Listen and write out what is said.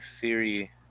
theory